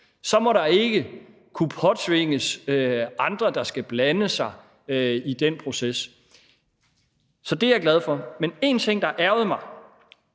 Så må de ikke blive påtvunget, at andre skal blande sig i den proces. Så det er jeg glad for. Men en ting, der ærgrede mig